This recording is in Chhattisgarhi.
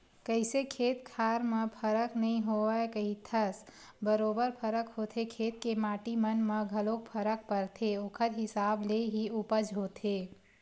कइसे खेत खार म फरक नइ होवय कहिथस बरोबर फरक होथे खेत के माटी मन म घलोक फरक परथे ओखर हिसाब ले ही उपज होथे